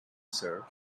sir